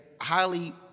highly